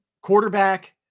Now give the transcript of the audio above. quarterback